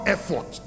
Effort